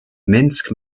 minsk